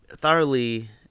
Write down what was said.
thoroughly